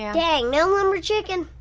and dang, no lumber chicken?